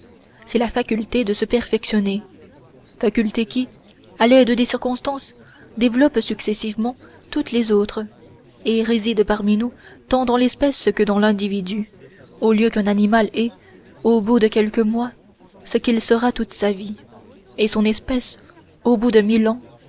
c'est la faculté de se perfectionner faculté qui à l'aide des circonstances développe successivement toutes les autres et réside parmi nous tant dans l'espèce que dans l'individu au lieu qu'un animal est au bout de quelques mois ce qu'il sera toute sa vie et son espèce au bout de mille ans